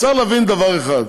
צריך להבין דבר אחד: